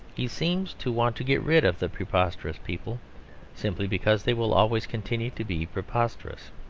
he seems to want to get rid of the preposterous people simply because they will always continue to be preposterous.